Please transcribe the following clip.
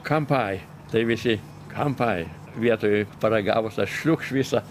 kampai tai visi kampai vietoj paragavus aš šliukšt visą